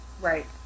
Right